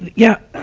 yeah.